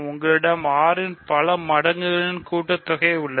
உங்களிடம் 6 இன் பல மடங்குகளின் கூட்டுத்தொகை உள்ளது